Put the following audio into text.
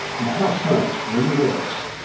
and how science really works.